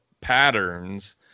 patterns